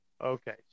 Okay